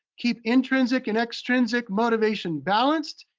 keep intrinsic and extrinsic motivation balanced,